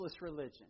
religion